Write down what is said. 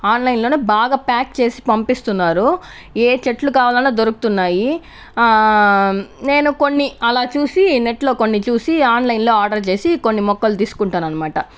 online లోనే బాగా pack చేసి పంపిస్తున్నారు ఏ చెట్లు కావాలన్నా దొరుకుతున్నాయి ఆ నేను కొన్ని అలా చూసి నెట్ లో కొన్ని చూసి ఆన్లైన్ లో ఆర్డర్ చేసి కొన్ని మొక్కలు తీసుకుంటానన్మాట